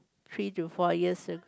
three to four years ag~